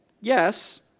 yes